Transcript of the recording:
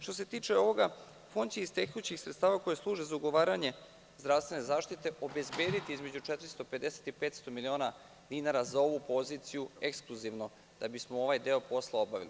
Što se tiče ovoga, Fond će iz tekućih sredstava koja služe za ugovaranje zdravstvene zaštite, obezbediti između 450 i 500 miliona dinara za ovu poziciju ekskluzivno, da bismo ovaj deo posla obavili.